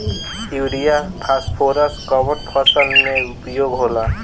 Urea phosphorus कवना फ़सल में उपयोग होला?